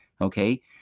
Okay